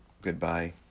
goodbye